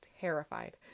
terrified